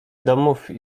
domów